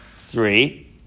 three